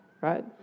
right